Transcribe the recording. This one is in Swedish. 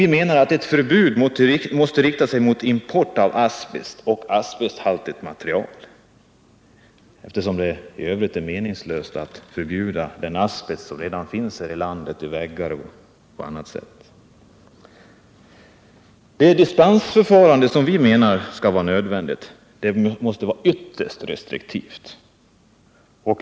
Vi anser att ett förbud måste rikta sig mot importörer av asbest och asbesthaltigt material, eftersom det i övrigt är meningslöst att förbjuda den asbest som redan finns i landet, på väggar o. d. Det dispensförfarande som kan bli nödvändigt måste enligt vår mening vara ytterst restriktivt.